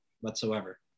whatsoever